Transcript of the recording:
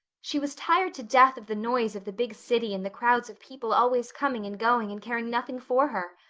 she was tired to death of the noise of the big city and the crowds of people always coming and going and caring nothing for her.